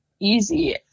easy